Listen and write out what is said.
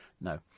No